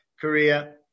Korea